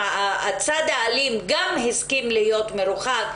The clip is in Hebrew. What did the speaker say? הצד האלים גם הסכים להיות מרוחק,